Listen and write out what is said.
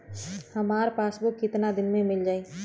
हमार पासबुक कितना दिन में मील जाई?